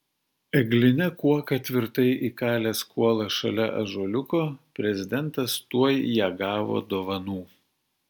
egline kuoka tvirtai įkalęs kuolą šalia ąžuoliuko prezidentas tuoj ją gavo dovanų